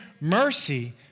mercy